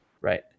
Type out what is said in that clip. right